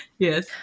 Yes